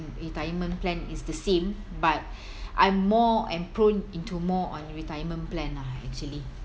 retirement plan is the same but I'm more and prone into more on retirement plan lah actually